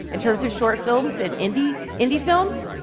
in terms of short films and indie indie films,